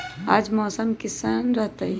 आज मौसम किसान रहतै?